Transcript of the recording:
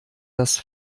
das